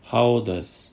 how does